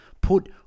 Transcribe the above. put